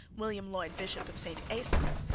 william lloyd, bishop of st. asaph,